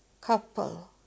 couple